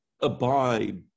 abide